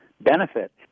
benefit